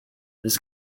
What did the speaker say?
this